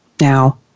Now